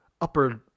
upper